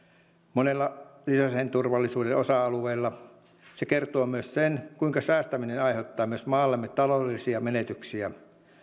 monella sisäisen turvallisuuden osa alueella se kertoo myös sen kuinka säästäminen aiheuttaa myös maallemme taloudellisia menetyksiä